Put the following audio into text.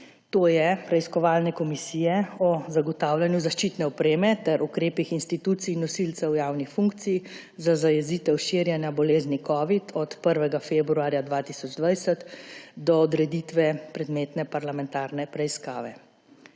to je preiskovalne komisije o zagotavljanju zaščitne opreme ter ukrepih institucij in nosilcev javnih funkcij za zajezitev širjenja bolezni covid od 1. februarja 2020 do odreditve predmetne parlamentarne preiskave.